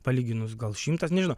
palyginus gal šimtas nežinau